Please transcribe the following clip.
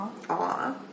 Aww